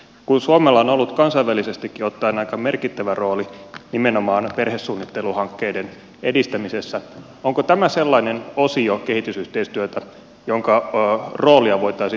kun suomella on ollut kansainvälisestikin ottaen aika merkittävä rooli nimenomaan perhesuunnitteluhankkeiden edistämisessä onko tämä sellainen osio kehitysyhteistyötä jonka roolia voitaisiin tulevaisuudessa kasvattaa